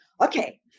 okay